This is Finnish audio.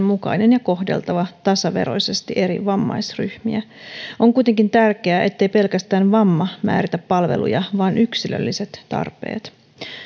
mukainen ja kohdeltava tasaveroisesti eri vammaisryhmiä on kuitenkin tärkeää ettei pelkästään vamma määritä palveluja vaan yksilölliset tarpeet